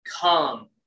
Come